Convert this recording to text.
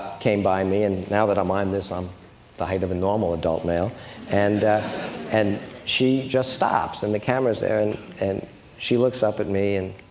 came by me and now that i'm on this, i'm the height of a normal adult now and and she just stops, and the camera is there, and and she looks up at me and